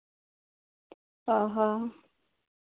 ᱦᱚᱸ ᱦᱚᱸ